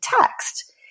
text